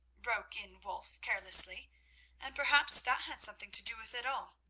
broke in wulf carelessly and perhaps that had something to do with it all.